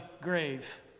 grave